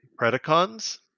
Predacons